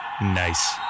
Nice